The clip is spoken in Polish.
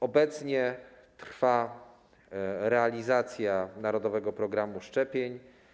Obecnie trwa realizacja narodowego programu szczepień.